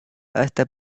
hasta